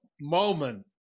moment